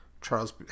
Charles